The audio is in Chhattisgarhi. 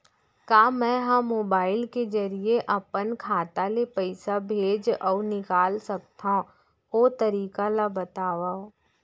का मै ह मोबाइल के जरिए अपन खाता ले पइसा भेज अऊ निकाल सकथों, ओ तरीका ला बतावव?